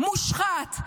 "מושחת".